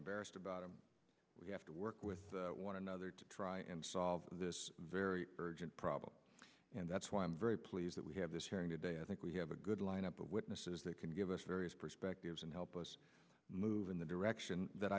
embarrassed about it we have to work with one another to try and solve this very urgent problem and that's why i'm very pleased that we have this hearing today i think we have a good lineup of witnesses that can give us various perspectives and help us move in the direction that